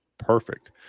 perfect